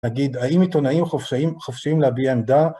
נגיד, האם עיתונאים חופשיים להביע עמדה?